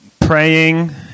praying